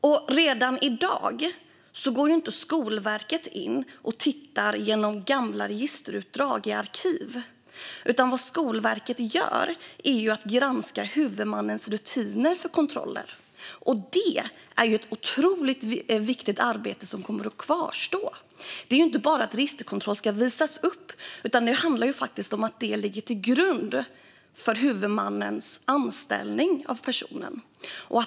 I dag går inte Skolverket in och tittar igenom gamla registerutdrag i arkiv. Vad Skolverket i stället gör är att granska huvudmannens rutiner för kontroller. Det är ett otroligt viktigt arbete som kommer att kvarstå. Det är inte bara så att registerkontroll ska visas upp, utan det handlar om att den ligger till grund för huvudmannens anställning av personen.